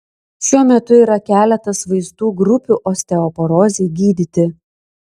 šiuo metu yra keletas vaistų grupių osteoporozei gydyti